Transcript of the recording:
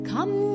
Come